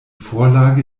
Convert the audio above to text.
vorlage